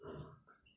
uh